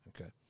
Okay